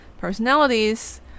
personalities